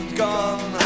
gone